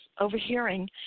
overhearing